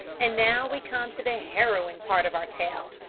and now we come to the harrowing part of our tale,